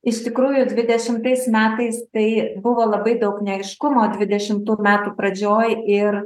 iš tikrųjų dvidešimtais metais tai buvo labai daug neaiškumo dvidešimtų metų pradžioj ir